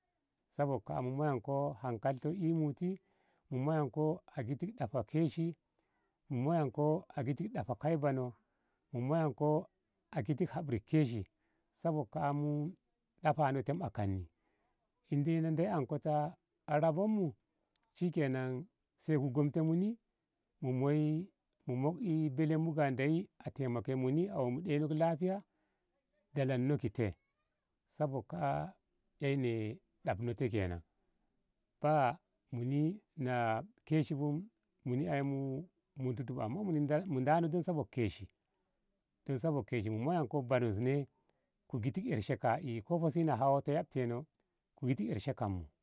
Sabok ka'a mu moyanko hankalintoh e muti mu moyanko a gitik ɗafa kishi mu moyanko a giti ɗafa kaibono mu moyanko a gitti habri kishi sabok ka. a mu ɗafa no te a kanni indai na ndeyi anko ta rabonmu shikenan sai ku gomte muni mu mok'e belenmu ga ndeyi a temake muni a omu ɗeinok lahiya dalonno ki te sabok ka'a eiyo na ɗafno te kenan ta muni na keshi bu muni ai mu tutuba amma muni mu dano sabok keshi mu dano sabok keshi mu moyanko banon e ku giti ershe ka e ko hotis na hawonto yabte no ngu giti ershe kanmu.